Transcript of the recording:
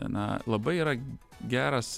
na labai yra geras